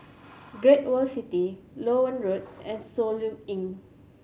Great World City Loewen Road and Soluxe Inn